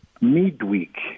midweek